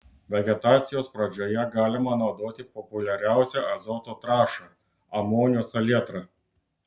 vegetacijos pradžioje galima naudoti populiariausią azoto trąšą amonio salietrą